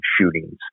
shootings